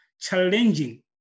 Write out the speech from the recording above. challenging